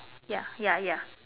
ya ya ya